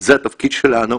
זה התפקיד שלנו,